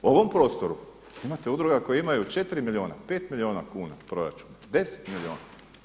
U ovom prostoru imate udruge koje imaju 4 milijuna, 5 milijuna kuna proračuna, 10 milijuna.